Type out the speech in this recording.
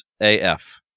AF